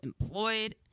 employed